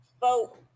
Vote